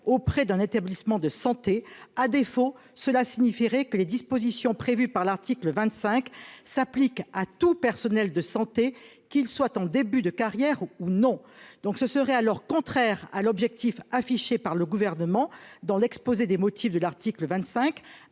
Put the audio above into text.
auprès d'un établissement de santé, à défaut, cela signifierait que les dispositions prévues par l'article 25 s'applique à tous, personnel de santé, qu'il soit en début de carrière ou non, donc ce serait à leurs contraires à l'objectif affiché par le gouvernement dans l'exposé des motifs de l'article 25